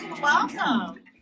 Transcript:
Welcome